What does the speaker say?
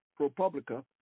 ProPublica